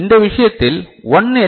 இந்த விஷயத்தில் 1 எல்